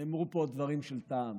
נאמרו פה דברים של טעם